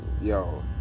Yo